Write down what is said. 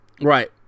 Right